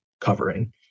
covering